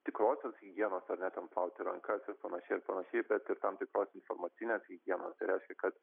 tikrosios higienos ar ne ten plauti rankas ir panašiai ir panašiai bet ir tam tikros informacinės higienos reiškia kad